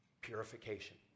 Purification